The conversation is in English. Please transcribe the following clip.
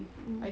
mm mm